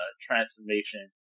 Transformation